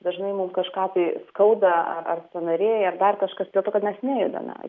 dažnai mum kažką tai skauda ar ar sąnariai ar dar kažkas dėl to kad mes nejudame